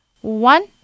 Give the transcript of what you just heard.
One